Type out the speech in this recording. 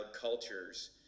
cultures